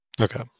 Okay